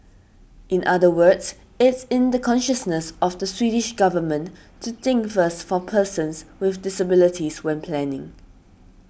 in other words it's in the consciousness of the Swedish government to think first for persons with disabilities when planning